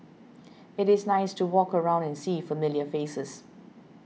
it is nice to walk around and see familiar faces